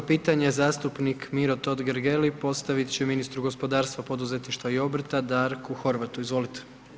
31. pitanje, zastupnik Miro Totgergeli postavit će ministru gospodarstva, poduzetništva i obrta Darku Horvatu, izvolite.